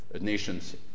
nations